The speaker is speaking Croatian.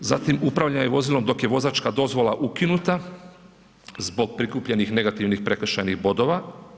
Zatim upravljanje vozilom dok je vozačka dozvola ukinuta zbog prikupljenih negativnih prekršajnih bodova.